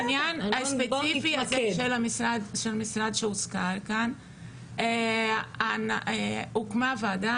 בעניין הספציפי של המשרד שהוזכר כאן הוקמה ועדה